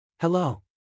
Hello